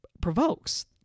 provokes